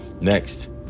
next